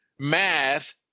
math